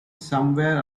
somewhere